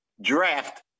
draft